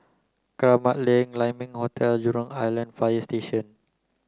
Kramat Lane Lai Ming Hotel Jurong Island Fire Station